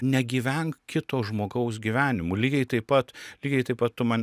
negyvenk kito žmogaus gyvenimu lygiai taip pat lygiai taip pat tu man